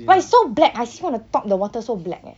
but it's so black I see on the top the water so black eh